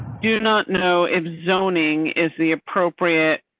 do not know if zoning is the appropriate.